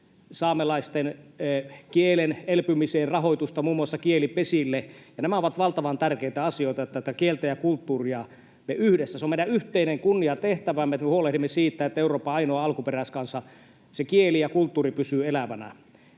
saamelaisten kielen elpymiseen rahoitusta muun muassa kielipesille. Nämä ovat valtavan tärkeitä asioita, että tätä kieltä ja kulttuuria yhdessä hoidamme — se on meidän yhteinen kunniatehtävämme, että me huolehdimme siitä, että Euroopan ainoa alkuperäiskansa, sen kieli ja kulttuuri pysyvät elävinä.